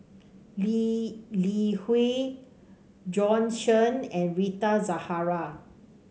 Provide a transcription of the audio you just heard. Lee Li Hui Bjorn Shen and Rita Zahara